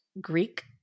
Greek